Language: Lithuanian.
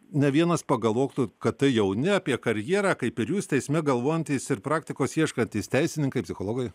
ne vienas pagalvotų kad tai jauni apie karjerą kaip ir jūs teisme galvojantys ir praktikos ieškantys teisininkai psichologai